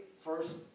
first